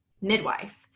midwife